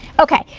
okay.